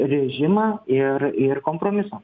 režimą ir ir kompromiso